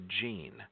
gene